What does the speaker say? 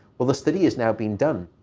well, the study has now been done.